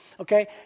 Okay